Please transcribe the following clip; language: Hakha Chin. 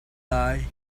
lai